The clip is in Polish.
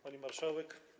Pani Marszałek!